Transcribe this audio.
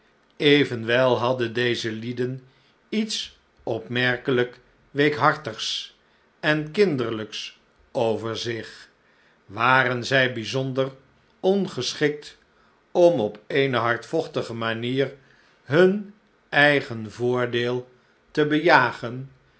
evenwel hadden deze lieden iets opmerkelijk weekhartigs en kinderlijks over zich waren zij bijzonder ongeschikt om op eene hardvochtige manier hun eigen voordeel te behet